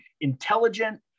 intelligent